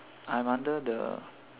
I one time the